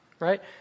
Right